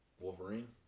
Wolverine